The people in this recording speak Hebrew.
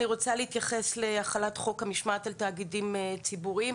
אני רוצה להתייחס להחלת חוק המשמעת על תאגידים ציבוריים.